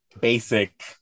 basic